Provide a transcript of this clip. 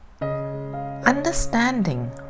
Understanding